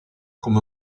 come